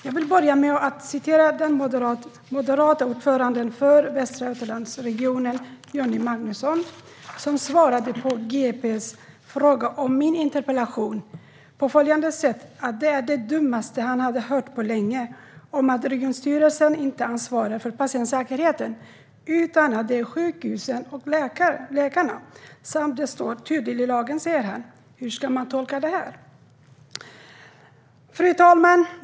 Jag vill börja med att återge vad den moderata ordföranden för Västra Götalandsregionen, Johnny Magnusson, sa när han svarade på GP:s fråga om min interpellation: Det var det dummaste jag har hört på länge. Regionstyrelsen ansvarar inte för patientsäkerheten, utan det är sjukhusen och läkarna. Det står tydligt i lagen, sa han också. Hur ska man tolka detta? Fru talman!